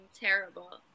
terrible